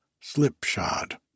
slipshod